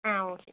ആ ഓക്കേ